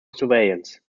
surveillance